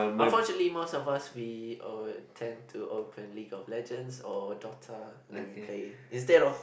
unfortunately most of us we oh tend to open League of Legends or Dota then we play instead of